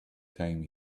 time